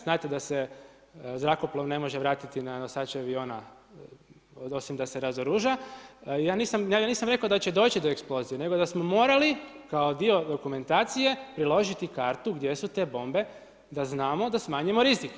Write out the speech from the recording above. Znate da se zrakoplov ne može vratiti na nosače aviona osim da se razoruža, ja nisam rekao da će doći do eksplozije nego da smo morali kao dio dokumentacije priložiti kartu gdje su te bombe da znamo da smanjimo rizik.